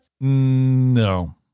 No